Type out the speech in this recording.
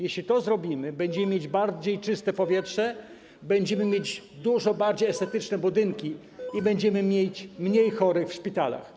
Jeśli to zrobimy, będziemy mieć czystsze powietrze, będziemy mieć dużo bardziej estetyczne budynki i będziemy mieć mniej chorych w szpitalach.